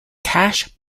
cash